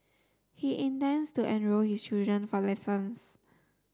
he intends to enrol his children for lessons